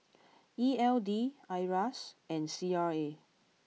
E L D Iras and C R A